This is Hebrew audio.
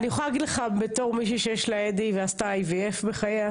אני יכולה להגיד לך בתור מישהי שיש לה אדי ועשתה IVF בחייה,